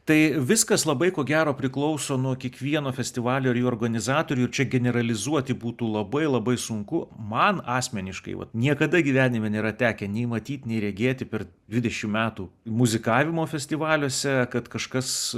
tai viskas labai ko gero priklauso nuo kiekvieno festivalio ir jo organizatorių ir čia generalizuoti būtų labai labai sunku man asmeniškai vat niekada gyvenime nėra tekę nei matyt nei regėti per dvidešim metų muzikavimo festivaliuose kad kažkas